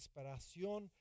desesperación